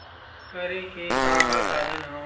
करे के का का साधन हवय?